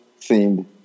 themed